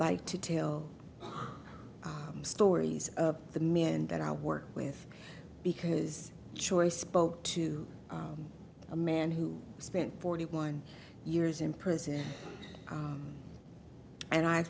like to tell stories of the men that i work with because choice spoke to a man who spent forty one years in prison and i